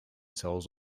cells